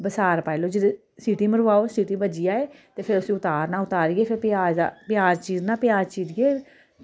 बसार पाई लो जी ते सीटी मरवाओ सीटी बज्जी जाये ते फिर उस्सी उतारना उतारियै फिर प्याज प्याज चीरना प्याज चीरियै